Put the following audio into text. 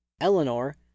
Eleanor